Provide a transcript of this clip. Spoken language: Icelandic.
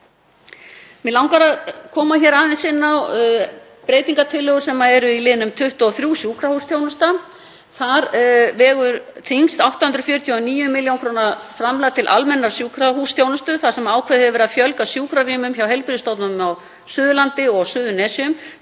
Mig langar að koma aðeins inn á breytingartillögu sem er í lið 23, sjúkrahúsþjónustu. Þar vegur þyngst 849 millj. kr. framlag til almennrar sjúkrahúsþjónustu þar sem ákveðið hefur verið að fjölga sjúkrarýmum hjá heilbrigðisstofnunum á Suðurlandi og á Suðurnesjum